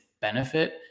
benefit